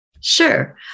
Sure